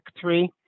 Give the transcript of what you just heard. three